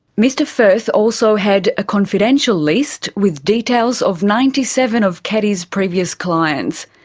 mr firth also had a confidential list with details of ninety seven of keddies' previous clients.